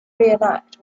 reenact